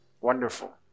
Wonderful